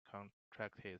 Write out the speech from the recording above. contracted